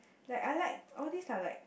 like I like all these are like